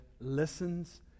listens